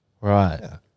Right